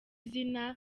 izina